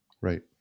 Right